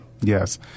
Yes